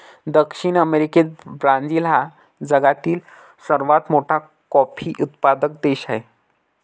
दक्षिण अमेरिकेत ब्राझील हा जगातील सर्वात मोठा कॉफी उत्पादक देश आहे